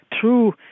true